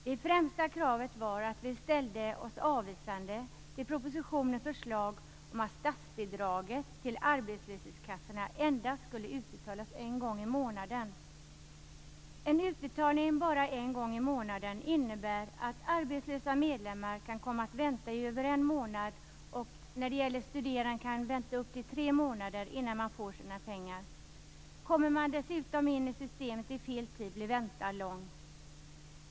Det främsta kravet var att vi ställde oss avvisande till propositionens förslag om att statsbidraget till arbetslöshetskassorna endast skulle utbetalas en gång i månaden. Utbetalning bara en gång i månaden innebär att arbetslösa medlemmar kan komma att vänta i över en månad och studerande upp till tre månader innan man får sina pengar. Kommer man dessutom in i systemet vid fel tid blir väntan lång.